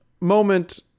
moment